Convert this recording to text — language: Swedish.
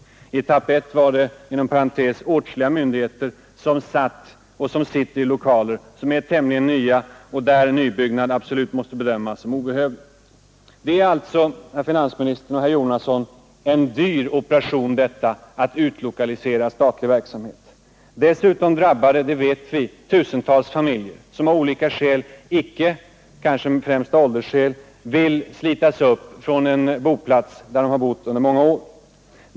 I etapp 1 finns, inom parentes, åtskilliga myndigheter som sitter i lokaler som är tämligen nya, och en nybyggnation där måste absolut bedömas som obehövlig. Det är alltså, herr finansminister och herr Jonasson, en dyr operation att utlokalisera statlig verksamhet. Dessutom drabbas, det vet vi, tusentals familjer som av olika skäl — kanske främst åldersskäl — inte vill slitas upp från en boplats där de bott i många år.